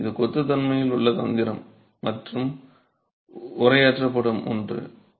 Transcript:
எனவே இது கொத்து தன்மையில் உள்ள தந்திரம் மற்றும் உரையாற்றப்படும் ஒன்று